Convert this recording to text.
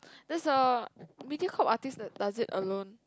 there is a Mediacorp artist that does it alone